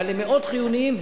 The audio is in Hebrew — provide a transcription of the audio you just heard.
אבל הם מאוד חיוניים,